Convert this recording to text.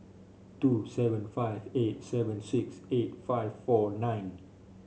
two seven five eight seven six eight five four nine